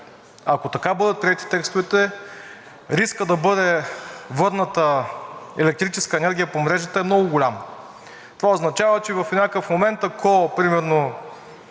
ако така бъдат приети текстовете, рискът да бъде върната електрическа енергия по мрежата е много голям. Това означава, че в някакъв момент, ако ел.